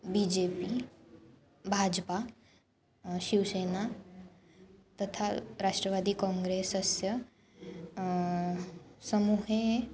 B J P Bhajpa Shivsena तथा राष्ट्रवादी कोङ्ग्रेसस्य समूहे